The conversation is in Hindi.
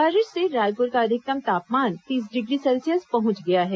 बारिश से रायपुर का अधिकतम तापमान तीस डिग्री सेल्सियस पहुंच गया है